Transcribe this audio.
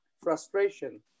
frustration